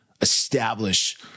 establish